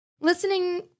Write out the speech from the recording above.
listening